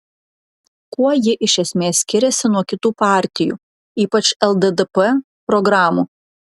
kuo ji iš esmės skiriasi nuo kitų partijų ypač lddp programų